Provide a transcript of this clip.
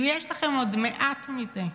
אם יש לכם עוד מעט מזה,